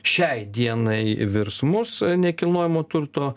šiai dienai virsmus nekilnojamo turto